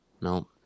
No